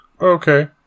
okay